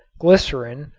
glycerin,